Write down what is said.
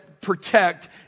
protect